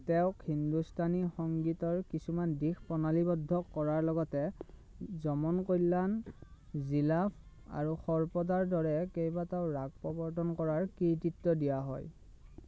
তেওঁক হিন্দুস্তানী সংগীতৰ কিছুমান দিশ প্ৰণালীবদ্ধ কৰাৰ লগতে যমন কল্যাণ জিলাফ আৰু সৰ্পদাৰ দৰে কেইবাটাও ৰাগ প্ৰৱৰ্তন কৰাৰ কৃতিত্ব দিয়া হয়